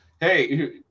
hey